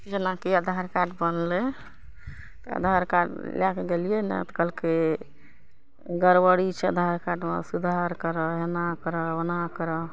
जेनाकि आधार कार्ड बनलय तऽ आधार कार्ड लए कऽ गेलियै ने तऽ कहलकय गड़बड़ी छै आधार कार्डमे सुधार करऽ एना करऽ ओना करऽ